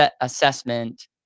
assessment